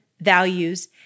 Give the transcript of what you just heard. values